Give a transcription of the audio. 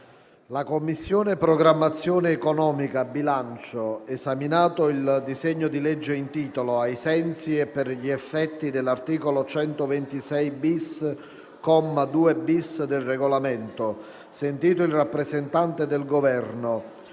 La Commissione programmazione economica, bilancio, esaminato il disegno di legge in titolo, ai sensi e per gli effetti dell'articolo 126-*bis*, comma 2-*bis*, del Regolamento, sentito il rappresentante del Governo,